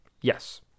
yes